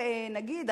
נגיד,